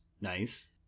Nice